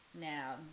Now